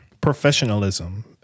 professionalism